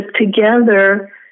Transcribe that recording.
together